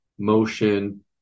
motion